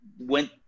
went